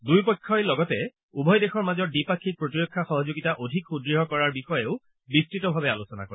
দুয়োপক্ষই লগতে উভয় দেশৰ মাজৰ দ্বিপাক্ষিক প্ৰতিৰক্ষা সহযোগিতা অধিক সুদঢ় কৰাৰ বিষয়েও বিস্ততভাৱে আলোচনা কৰে